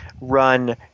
run